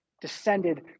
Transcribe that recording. descended